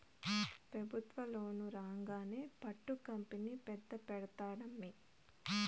పెబుత్వ లోను రాంగానే పట్టు కంపెనీ పెద్ద పెడ్తానమ్మీ